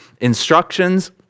instructions